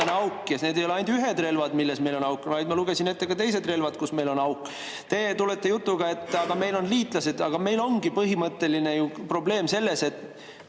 Need ei ole ainsad relvad, mille puhul meil on auk, ma lugesin ette ka teised relvad, mille puhul meil on auk. Te tulete jutuga, et aga meil on liitlased. Aga meil ongi põhimõtteline probleem ju selles, et